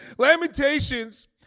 Lamentations